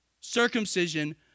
circumcision